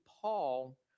Paul